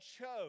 chose